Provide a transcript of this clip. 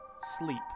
sleep